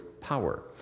power